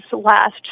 last